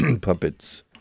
puppets